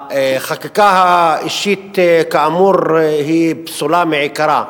החקיקה האישית, כאמור, היא פסולה מעיקרה,